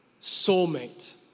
soulmate